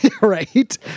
right